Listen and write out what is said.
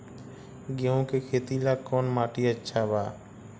गेहूं के खेती ला कौन माटी अच्छा बा?